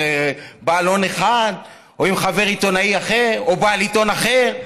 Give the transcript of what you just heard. בעל הון אחד או עם חבר עיתונאי אחר או בעל עיתון אחר,